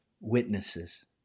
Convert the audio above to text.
witnesses